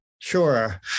Sure